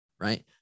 right